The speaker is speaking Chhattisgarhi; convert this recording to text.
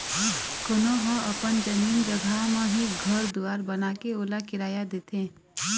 कोनो ह अपन जमीन जघा म ही घर दुवार बनाके ओला किराया देथे